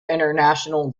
international